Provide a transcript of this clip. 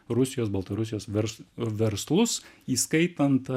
rusijos baltarusijos vers verslus įskaitant